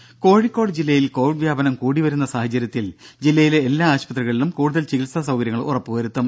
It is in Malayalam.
ദേദ കോഴിക്കോട് ജില്ലയിൽ കോവിഡ് വ്യാപനം കൂടിവരുന്ന സാഹചര്യത്തിൽ ജില്ലയിലെ എല്ലാ ആശുപത്രികളിലും കൂടുതൽ ചികിത്സാ സൌകര്യങ്ങൾ ഉറപ്പുവരുത്തും